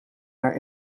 naar